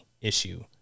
issue